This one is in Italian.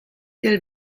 del